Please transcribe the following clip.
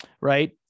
right